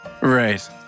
right